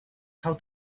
how